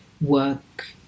work